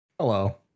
Hello